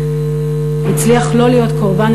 הצליח לא להיות קורבן,